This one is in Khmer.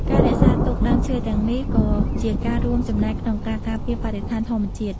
ការរក្សាទុកដើមឈើទាំងនេះក៏ជាការរួមចំណែកក្នុងការការពារបរិស្ថានធម្មជាតិ។